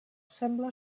sembla